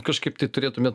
kažkaip tai turėtume